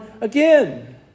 again